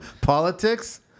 Politics